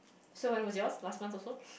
so when was yours last month also